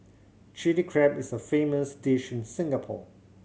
Chilli Crab is a famous dish in Singapore